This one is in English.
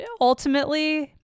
ultimately